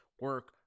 Work